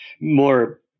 more